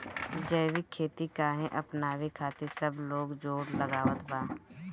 जैविक खेती काहे अपनावे खातिर सब लोग जोड़ लगावत बा?